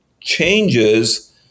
changes